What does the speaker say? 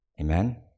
Amen